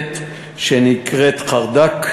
מידבקת שנקראת חרד"ק,